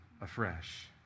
afresh